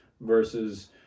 versus